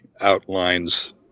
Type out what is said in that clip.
outlines